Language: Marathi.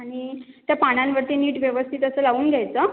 आणि त्या पानांवरती नीट व्यवस्थित असं लावून घ्यायचं